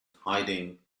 hiding